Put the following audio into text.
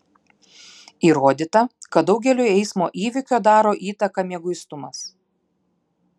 įrodyta kad daugeliui eismo įvykio daro įtaką mieguistumas